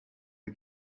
the